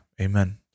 Amen